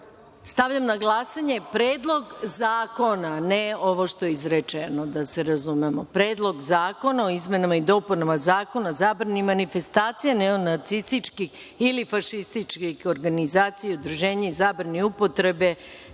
je. Stavljam na glasanje Predlog zakona, ne ovo što je izrečeno, da se razumemo, o izmenama i dopunama Zakona o zabrani manifestacija neonacističkih ili fašističkih organizacija i udruženja i zabrani upotrebe